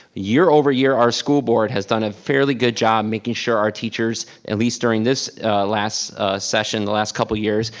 year over year our school board has done a fairly good job making sure that our teachers, at least during this last session, the last couple years,